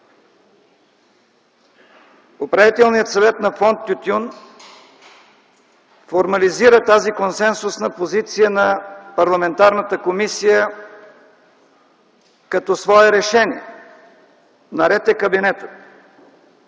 Управителният съвет на фонд „Тютюн” формализира тази консенсусна позиция на парламентарната комисия като свое решение. Наред е кабинетът.